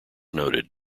noted